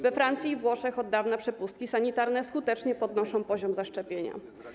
We Francji i Włoszech od dawna przepustki sanitarne skutecznie podnoszą poziom zaszczepienia.